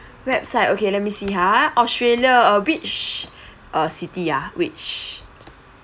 website okay let me see ha australia uh which uh city ah which